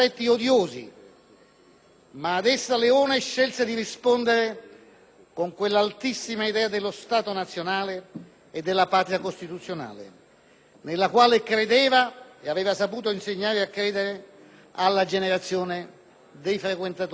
ma ad essa Leone scelse di rispondere con quell'altissima idea dello Stato nazionale e della Patria costituzionale nella quale credeva e aveva saputo insegnare a credere alla generazione dei frequentatori dei suoi libri.